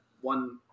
one